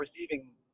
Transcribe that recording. receiving